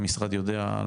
המשרד יודע?